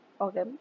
Okay